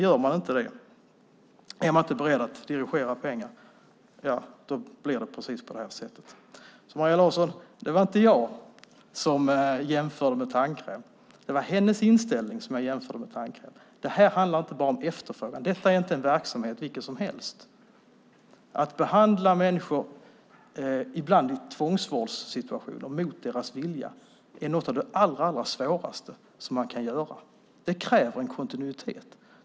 Om man inte är beredd att dirigera pengar blir det på det här sättet. Det var inte jag som jämförde med tandkräm. Det var Maria Larssons inställning jag jämförde med tandkräm. Det här handlar inte bara om efterfrågan. Detta är inte en verksamhet vilken som helst. Att behandla människor, ibland i tvångsvård, mot deras vilja är något av det allra svåraste man kan göra. Det kräver kontinuitet.